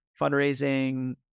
fundraising